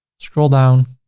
scroll down.